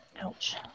Ouch